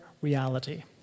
reality